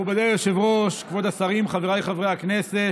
מכובדי היושב-ראש, כבוד השרים, חבריי חברי הכנסת,